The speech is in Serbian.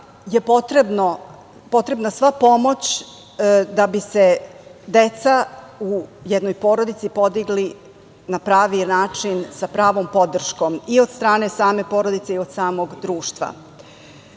je potrebna sva pomoć da bi se deca u jednoj porodici podigla na pravi način sa pravom podrškom i od strane same porodice i od samog društva. Razlozi